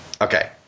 Okay